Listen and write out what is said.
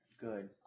Good